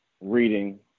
reading